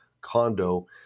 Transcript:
condo